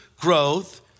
growth